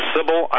Sybil